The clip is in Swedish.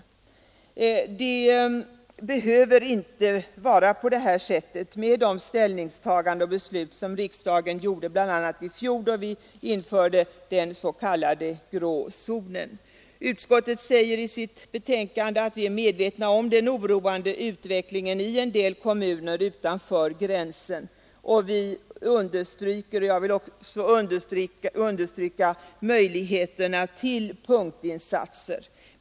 Det behöver inte vara på det här sättet med de ställningstaganden som riksdagen gjort, bl.a. genom beslutet i fjol, då vi införde den s.k. grå zonen. Utskottet säger i sitt betänkande att det är medvetet om den oroande utvecklingen i en del kommuner utanför gränsen och understryker — jag vill också göra det — möjligheterna till punktinsatser.